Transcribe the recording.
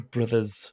Brothers